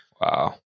Wow